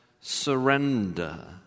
surrender